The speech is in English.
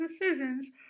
decisions